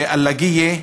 ואל-לקיה,